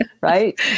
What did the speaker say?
Right